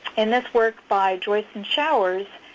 and this work by joyce and showers,